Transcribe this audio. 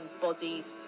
bodies